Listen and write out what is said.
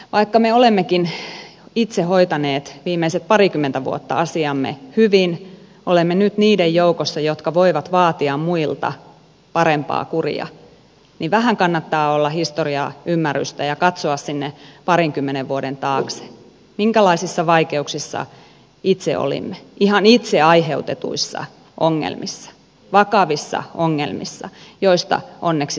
vaikka me olemmekin itse hoitaneet viimeiset parikymmentä vuotta asiamme hyvin olemme nyt niiden joukossa jotka voivat vaatia muilta parempaa kuria niin vähän kannattaa olla historian ymmärrystä ja katsoa sinne parinkymmenen vuoden taakse minkälaisissa vaikeuksissa itse olimme ihan itse aiheutetuissa ongelmissa vakavissa ongelmissa joista onneksi selvisimme